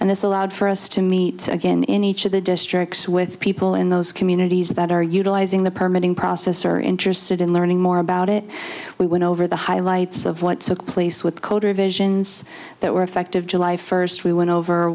and this allowed for us to meet again in each of the districts with people in those communities that are utilizing the permitting process are interested in learning more about it we went over the highlights of what took place with kotor visions that were effective july first we went over